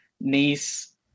Nice